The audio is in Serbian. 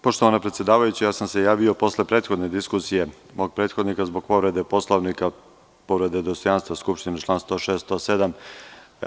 Poštovana predsedavajuća, javio sam se posle prethodne diskusije mog prethodnika zbog povrede Poslovnika, povrede dostojanstva Skupštine, čl. 106. i 107.